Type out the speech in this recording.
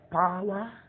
power